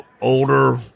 older